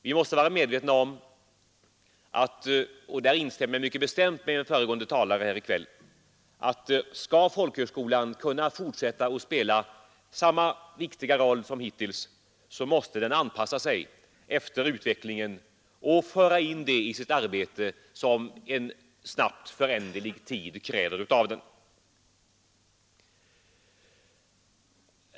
Vi måste vara medvetna om att folkhögskolan — om den skall kunna fortsätta att spela samma viktiga roll som hittills — måste anpassa sig efter utvecklingen och föra in det i sitt arbete som en snabbt föränderlig tid kräver av den.